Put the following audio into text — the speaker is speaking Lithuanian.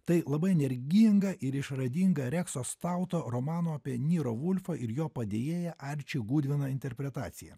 tai labai energinga ir išradinga rekso stauto romano apie nirą vulfą ir jo padėjėją arči gudveną interpretacija